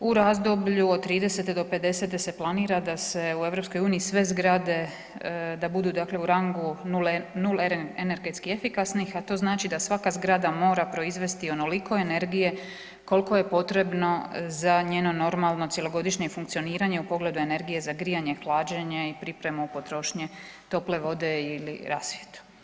U razdoblju od '30. do '50. se planira da se u EU sve zgrade da budu dakle u rangu Nul energetski efikasnih, a to znači da svaka zgrada mora proizvesti onoliko energije kolko je potrebno za njeno normalno cjelogodišnje funkcioniranje u pogledu energije za grijanje, hlađenje i pripremu potrošnje tople vode ili rasvjetu.